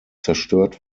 zerstört